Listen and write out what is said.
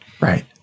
Right